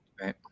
right